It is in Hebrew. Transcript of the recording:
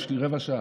יש לי רבע שעה,